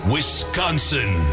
Wisconsin